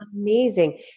amazing